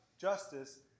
justice